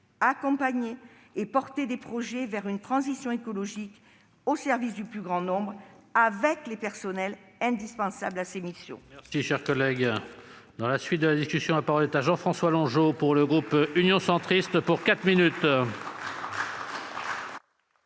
accompagner et porter des projets vers une transition écologique au service du plus grand nombre avec les personnels indispensables à cette mission.